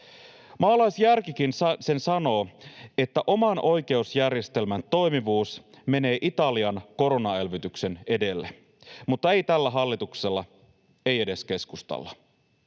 Maalaisjärkikin sen sanoo, että oman oikeusjärjestelmän toimivuus menee Italian koronaelvytyksen edelle. Mutta ei tällä hallituksella, ei edes keskustalla.